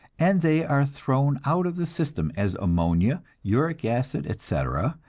and they are thrown out of the system as ammonia, uric acid, etc.